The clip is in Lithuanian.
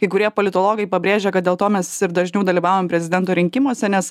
kai kurie politologai pabrėžia kad dėl to mes ir dažniau dalyvavom prezidento rinkimuose nes